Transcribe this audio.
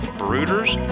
brooders